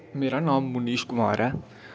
मेरा नांऽ मुनीष कुमार ऐ